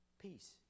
Peace